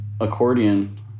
accordion